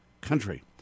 country